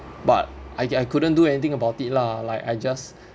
but I I couldn't do anything about it lah like I just